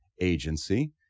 Agency